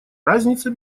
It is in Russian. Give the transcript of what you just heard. разница